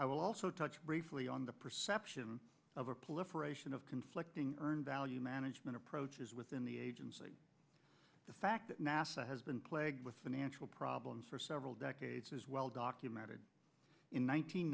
i will also touch briefly on the perception of a political ration of conflicting earned value management approaches within the agency the fact that nasa has been plagued with financial problems for several decades is well documented in